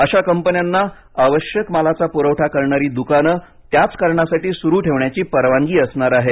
अश्या कंपन्यांना आवश्यक मालाचा पुरवठा करणारी दुकानं त्याच कारणासाठी सुरु ठेवण्याची परवानगी असणार आहे